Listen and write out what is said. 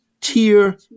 tier